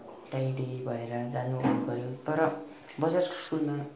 tidy भएर जानु पऱ्यो तर बजारको स्कुलमा